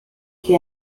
que